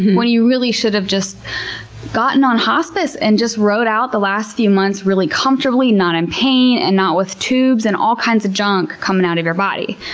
when you really should have just gotten on hospice and just rode out the last few months really comfortably, not in pain, and not with tubes and all kinds of junk coming out of your body.